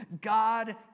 God